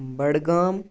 Budgam